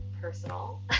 personal